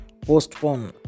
postpone